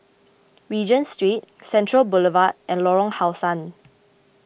Regent Street Central Boulevard and Lorong How Sun